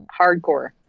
Hardcore